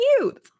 cute